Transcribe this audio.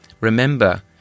remember